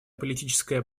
политическая